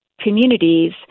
communities